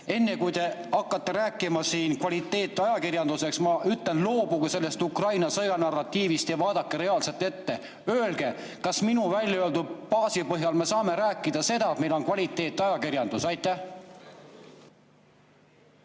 Enne kui te hakkate rääkima siin kvaliteetajakirjandusest, ma ütlen: loobuge sellest Ukraina sõja narratiivist ja vaadake reaalselt ette. Öelge, kas minu väljaöeldu baasil me saame rääkida seda, et meil on kvaliteetajakirjandus? Tänan,